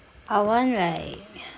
I want like